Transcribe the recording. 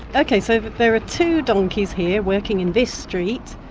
okay, so there are two donkeys here working in this street,